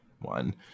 one